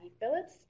Phillips